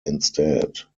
instead